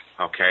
Okay